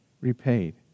repaid